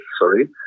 sorry